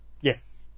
Yes